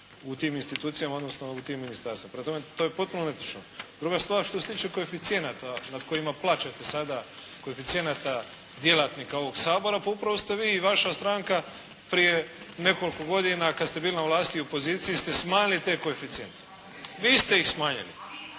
u tim institucijama odnosno u tim ministarstvima, prema tome to je potpuno netočno. Druga stvar, što se tiče koeficijenata nad kojima plaćate sada koeficijenata djelatnika ovog Sabora pa upravo ste vi i vaša stranka prije nekoliko godina kad ste bili na vlasti i u poziciji ste smanjili te koeficijente, vi ste ih smanjili.